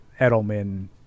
Edelman